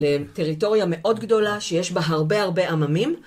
טריטוריה מאוד גדולה, שיש בה הרבה הרבה עממים.